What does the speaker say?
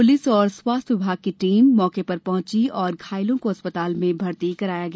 police व स्वास्थ विभाग की टीम मौके पर पहुची और घायलों को अस्पताल में भर्ती कराया गया